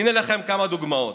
הינה לכם כמה דוגמאות: